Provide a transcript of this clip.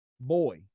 Boy